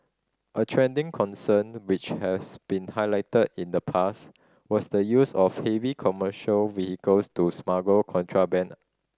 a trending concerned which has been highlighted in the past was the use of heavy commercial vehicles to smuggle contraband